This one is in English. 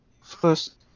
first